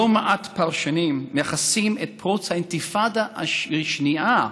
לא מעט פרשנים מייחסים את פרוץ האינתיפאדה השנייה,